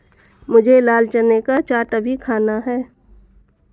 मुझे लाल चने का चाट अभी खाना है